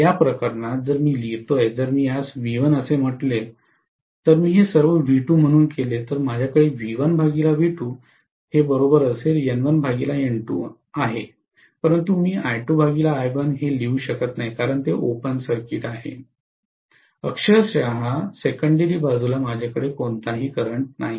या प्रकरणात जर मी लिहितो जर मी यास V1 असे म्हटले तर मी हे सर्व V2 म्हणून केले तर माझ्याकडे आहे परंतु मी हे लिहू शकत नाही कारण ते ओपन सर्किट आहे अक्षरशः सेकेंडरी बाजुला माझ्या कड़े कोणताही करंट नाही